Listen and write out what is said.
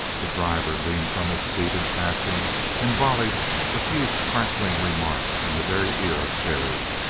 the driver leaned from his seat in passing and volleyed a few crackling remarks in the very ear of terry.